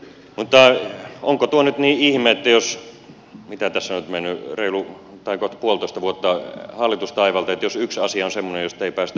mutta onko tuo nyt niin ihme mitä tässä nyt on mennyt kohta puolitoista vuotta hallitustaivalta jos yksi asia on semmoinen josta ei päästä yhteisymmärrykseen